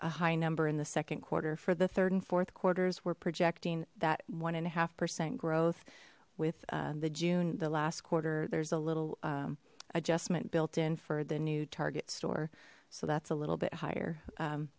a high number in the second quarter for the third and fourth quarters we're projecting that one and a half percent growth with the june the last quarter there's a little adjustment built in for the new target store so that's a little bit higher